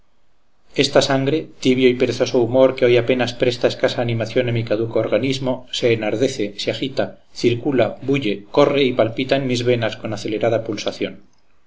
esta sangre tibio y perezoso humor que hoy apenas presta escasa animación a mi caduco organismo se enardece se agita circula bulle corre y palpita en mis venas con acelerada pulsación